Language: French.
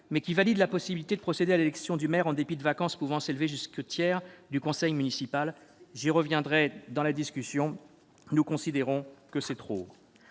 mais qui valide la possibilité de procéder à l'élection du maire en dépit d'un nombre de vacances pouvant s'élever jusqu'au tiers du conseil municipal ; j'y reviendrai, mais nous considérons que c'est trop.